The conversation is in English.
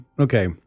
Okay